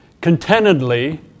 contentedly